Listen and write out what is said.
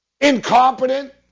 incompetent